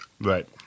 Right